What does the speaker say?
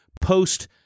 post